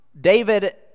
David